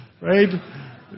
Right